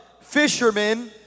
fishermen